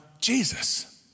Jesus